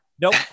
Nope